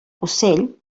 ocell